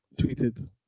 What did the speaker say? tweeted